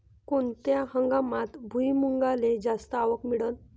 कोनत्या हंगामात भुईमुंगाले जास्त आवक मिळन?